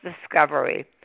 discovery